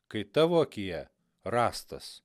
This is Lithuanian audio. kai tavo akyje rąstas